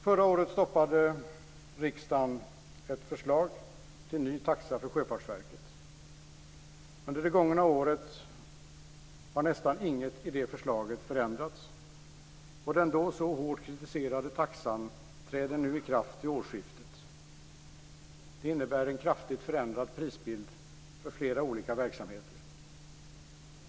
Förra året stoppade riksdagen ett förslag till ny taxa för Sjöfartsverket. Under det gångna året har nästan inget i det förslaget förändrats, och den då så hårt kritiserade taxan träder i kraft vid årsskiftet. Det innebär en kraftigt förändrad prisbild för flera olika verksamheter.